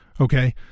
Okay